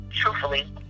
truthfully